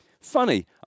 Funny